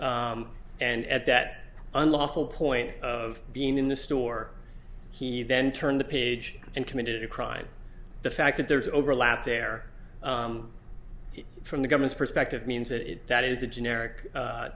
store and at that unlawful point of being in the store he then turned the page and committed a crime the fact that there's overlap there from the government's perspective means that that is a generic